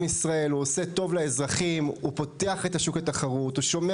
ישראל ולאזרחים; הוא פותח את השוק לתחרות; הוא שומר